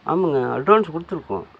ஆமாங்க அட்வான்ஸ் கொடுத்துருக்கோம்